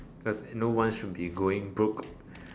cause no one should be going broke